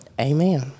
Amen